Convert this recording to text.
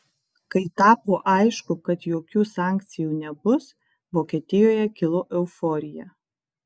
kai tapo aišku kad jokių sankcijų nebus vokietijoje kilo euforija